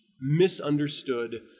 misunderstood